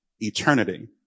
Eternity